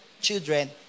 children